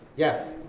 yes.